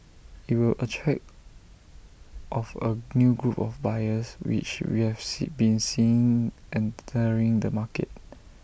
IT will attract of A new group of buyers which we have see been seeing entering the market